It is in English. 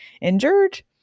injured